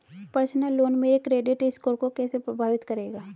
Personal loan मेरे credit score को कैसे प्रभावित करेगा?